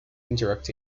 interact